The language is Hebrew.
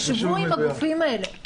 ישבו עם הגופים האלה, עשו ניתוח.